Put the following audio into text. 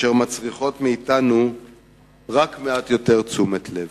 אשר מצריכות מאתנו רק מעט יותר תשומת לב.